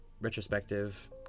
retrospective